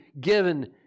given